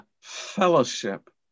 Fellowship